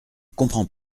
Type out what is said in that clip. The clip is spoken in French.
comprend